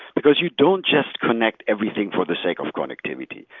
because you don't just connect everything for the sake of connectivity?